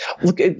Look